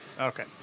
Okay